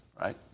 right